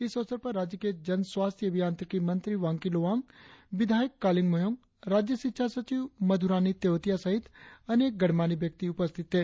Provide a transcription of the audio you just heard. इस अवसर पर राज्य के जनस्वास्थ्य अभियांत्रिकी मंत्री वांकी लोवांग विधायक कालिंग मोयोंग राज्य शिक्षा सचिव मधुरानी तेवतिया सहित अनेक गणमान्य व्यक्ति उपस्थित थे